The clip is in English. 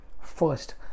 first